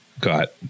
got